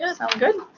and sound good?